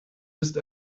ist